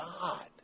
God